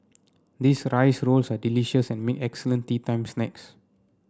these rice rolls are delicious and make excellent teatime snacks